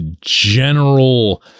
general